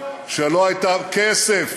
שלא הייתה, אלה רק תוכניות.